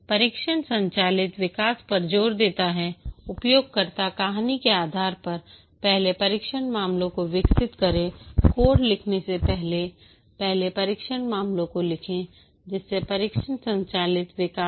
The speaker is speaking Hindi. परीक्षण संचालित विकास पर जोर देता है उपयोगकर्ता कहानी के आधार पर पहले परीक्षण मामलों को विकसित करें कोड लिखने से पहले पहले परीक्षण मामलों को लिखें जिससे परीक्षण संचालित विकास हो